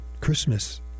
Christmas